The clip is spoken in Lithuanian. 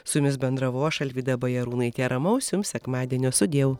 su jumis bendravau aš alvyda bajarūnaitė ramaus jums sekmadienio su dievu